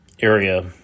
area